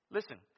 Listen